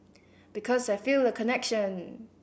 because I feel a connection